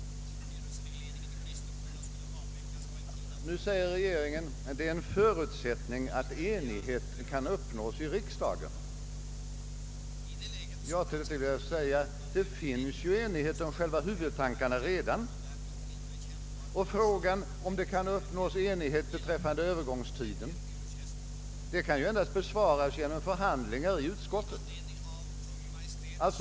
Nu säger regeringen: Det är en förutsättning att enighet kan uppnås i riksdagen. Jag vill svara att enighet redan föreligger om själva huvudtankarna; frågan huruvida enighet kan uppnås beträffande övergångstiden kan endast besvaras genom förhandlingar i utskottet.